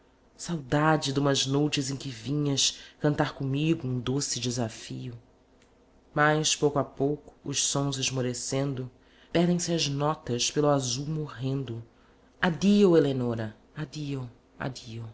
saudade dumas noutes em que vinhas cantar comigo um doce desafio mas pouco a pouco os sons esmorecendo perdem-se as notas pelo azul morrendo addio eleonora addio